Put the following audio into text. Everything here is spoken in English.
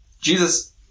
Jesus